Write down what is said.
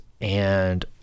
And-